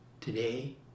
today